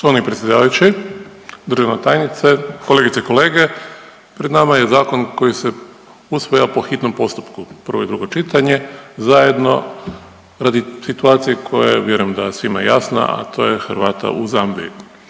Štovani predsjedavajući, državna tajnice, kolegice i kolege. Pred nama je zakon koji se usvaja po hitnom postupku, prvo i drugo čitanje, zajedno radi situacija koja je, vjerujem da, svima jasna, a to je Hrvata u Zambiji.